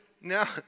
now